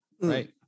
Right